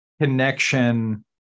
connection